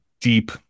deep